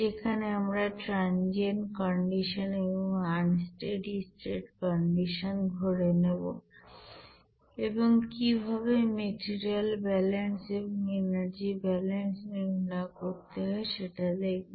সেখানে আমরা transient condition যেমন আনস্টেডি স্টেট কন্ডিশন ধরে নেব এবং কিভাবে মেটিরিয়াল ব্যালেন্স এবং এনার্জি ব্যালেন্স নির্ণয় করতে হয় সেটা দেখব